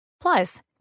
Plus